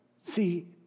See